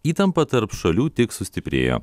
įtampa tarp šalių tik sustiprėjo